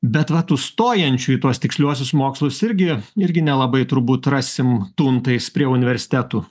bet va tų stojančių į tuos tiksliuosius mokslus irgi irgi nelabai turbūt rasim tuntais prie universitetų